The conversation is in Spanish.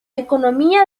economía